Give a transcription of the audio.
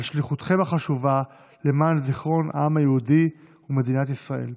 על שליחותכם החשובה למען זיכרון העם היהודי ומדינת ישראל.